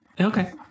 Okay